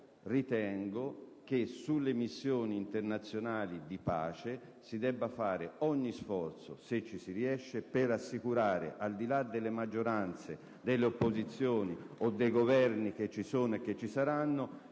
ritengo che sulle missioni internazionali di pace si debba fare ogni sforzo, se ci si riesce, per assicurare, al di là delle maggioranze, delle opposizioni, dei Governi che ci sono o ci saranno,